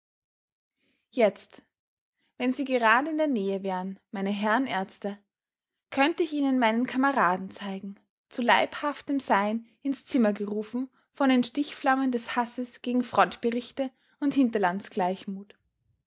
jetzt wenn sie gerade in der nähe wären meine herren ärzte könnte ich ihnen meinen kameraden zeigen zu leibhaftem sein ins zimmer gerufen von den stichflammen des hasses gegen frontberichte und